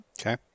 Okay